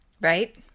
Right